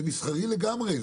זה מסחרי לגמרי,